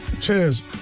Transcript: Cheers